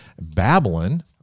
Babylon